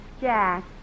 Jack